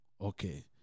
okay